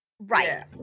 Right